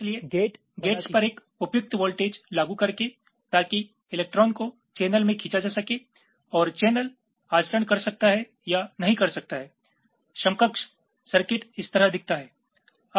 इसलिए गेटस पर एक उपयुक्त वोल्टेज लागू करके ताकि इलेक्ट्रॉनों को चैनल में खींचा जा सके और चैनल आचरण कर सकता है या नहीं कर सकता है समकक्ष सर्किट इस तरह दिखता है